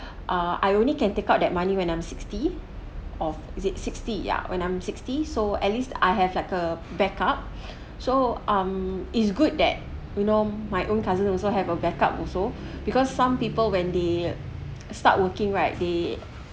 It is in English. ah I only can take out that money when I'm sixty of is it sixty ya when I'm sixty so at least I have like a backup so um it's good that you know my own cousin also have a backup also because some people when they start working right they